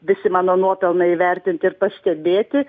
visi mano nuopelnai įvertinti ir pastebėti